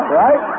right